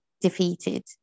defeated